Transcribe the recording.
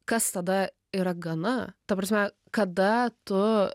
kas tada yra gana ta prasme kada tu